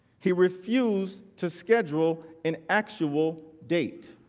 he refused to schedule an actual date.